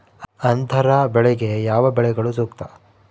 ಅಂತರ ಬೆಳೆಗೆ ಯಾವ ಬೆಳೆಗಳು ಸೂಕ್ತ?